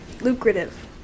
lucrative